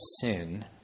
sin